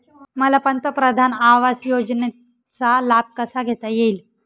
मला पंतप्रधान आवास योजनेचा लाभ कसा घेता येईल?